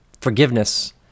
forgiveness